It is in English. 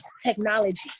technology